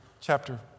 chapter